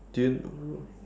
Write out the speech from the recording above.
do you